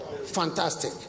Fantastic